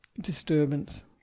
disturbance